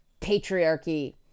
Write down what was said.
patriarchy